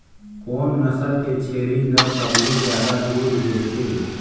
कोन नस्ल के छेरी ल सबले ज्यादा दूध देथे?